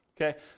Okay